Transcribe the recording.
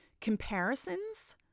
comparisons